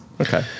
Okay